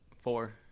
Four